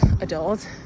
adult